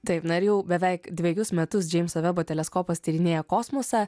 taip na ir jau beveik dvejus metus džeimso vebo teleskopas tyrinėja kosmosą